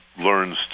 learns